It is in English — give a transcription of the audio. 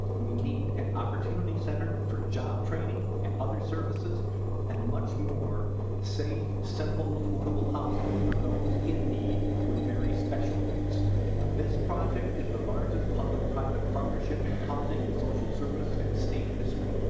we need an opportunity center for job training and other services and much more safe simple affordable housing for those in need with very special needs this project is the largest public-private partnership in housing and social services and states history.